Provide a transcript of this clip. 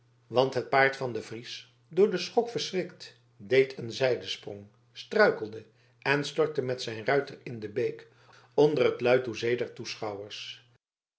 want het paard van den fries door den schok verschrikt deed een zijdesprong struikelde en stortte met zijn ruiter in de beek onder het luid hoezee der toeschouwers